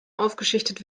aufgeschichtet